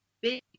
big